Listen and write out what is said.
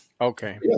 Okay